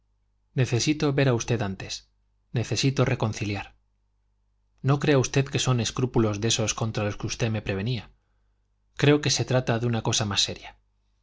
necesito ver a usted antes necesito reconciliar no crea usted que son escrúpulos de esos contra los que usted me prevenía creo que se trata de una cosa seria